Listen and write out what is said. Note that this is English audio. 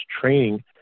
training